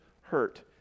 hurt